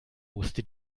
musste